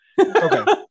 Okay